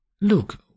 Look